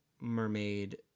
mermaid